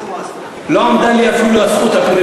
לא עמדה לי הזכות אפילו,